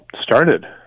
started